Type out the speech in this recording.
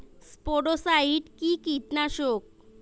স্পোডোসাইট কি কীটনাশক?